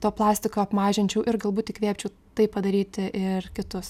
to plastiko apmažinčiau ir galbūt įkvėpčiau tai padaryti ir kitus